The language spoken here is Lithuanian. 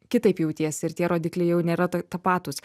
kitaip jautiesi ir tie rodikliai jau nėra ta tapatūs